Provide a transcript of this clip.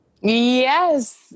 Yes